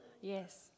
Yes